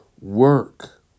Work